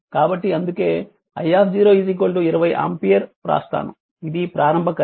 కాబట్టి అందుకే i 20 ampere వ్రాస్తాను అది ప్రారంభ కరెంట్